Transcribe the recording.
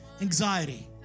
anxiety